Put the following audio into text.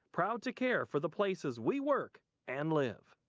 proud to care for the places we work and live.